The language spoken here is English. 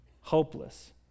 hopeless